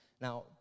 Now